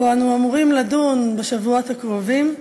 שבו אנחנו אמורים לדון בשבועות הקרובים,